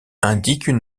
indiquent